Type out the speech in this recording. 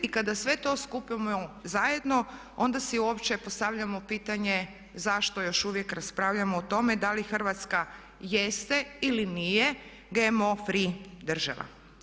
I kada sve to skupimo zajedno onda si uopće postavljamo pitanje zašto još uvijek raspravljamo o tome, da li Hrvatska jeste ili nije GMO free država.